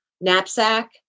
knapsack